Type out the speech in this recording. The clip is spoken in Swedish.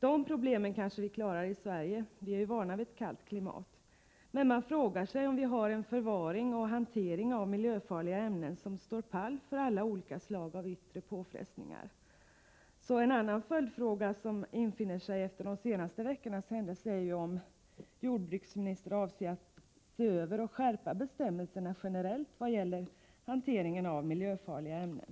De problemen kanske vi klarar i Sverige — vi är ju vana vid ett kallt klimat — men man frågar sig om vi har en förvaring och hantering av miljöfarliga ämnen som står pall för alla olika slag av yttre påfrestningar. En annan följdfråga som infinner sig efter de senaste veckornas händelser är om jordbruksministern ämnar se över och skärpa bestämmelserna generellt vad gäller hanteringen av miljöfarliga ämnen.